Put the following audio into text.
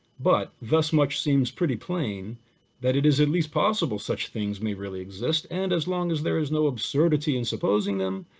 but thus much seems pretty plain that it is at least possible such things may really exist and as long as there is no absurdity in supposing them,